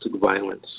violence